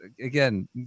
again